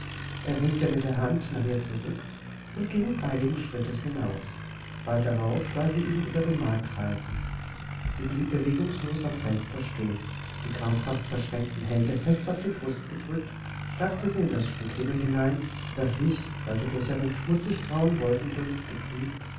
er winkte mit der hand nach ihr zurück und ging eiligen schrittes hinaus bald darauf sah sie ihn über den markt reiten sie blieb bewegungslos am fenster stehen die krampfhaft verschränkten hände fest auf die brust gedrückt starrte sie in das stück himmel hinein das sich heute durch einen schmutzig grauen wolkendunst getrübt